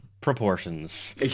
proportions